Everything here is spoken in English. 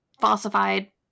falsified